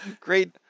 great